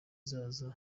izaza